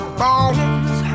bones